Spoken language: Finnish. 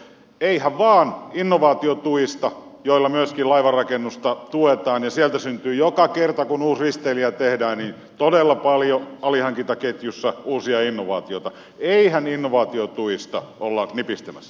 eihän vain innovaatiotuista joilla myöskin laivanrakennusta tuetaan sieltä syntyy joka kerta kun uusi risteilijä tehdään todella paljon alihankintaketjussa uusia innovaatioita eihän innovaatiotuista olla nipistämässä